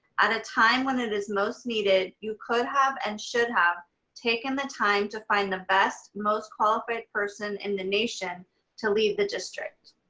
at a time when it is most needed, you could have and should have taken the time to find the best, most qualified person in the nation to lead the district.